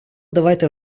давайте